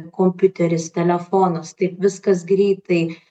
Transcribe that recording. kompiuteris telefonas taip viskas greitai